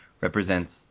represents